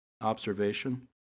observation